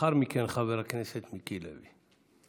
לאחר מכן, חבר הכנסת מיקי לוי.